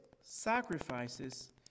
sacrifices